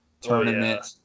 tournament